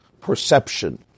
perception